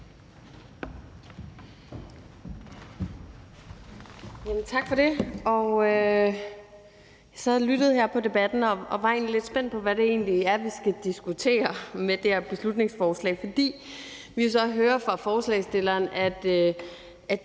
Tak for det.